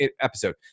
episode